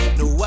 no